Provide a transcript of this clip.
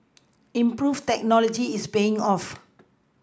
improved technology is paying off